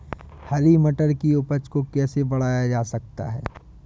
हरी मटर की उपज को कैसे बढ़ाया जा सकता है?